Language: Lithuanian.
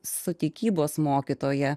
su tikybos mokytoja